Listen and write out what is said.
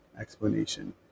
explanation